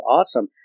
Awesome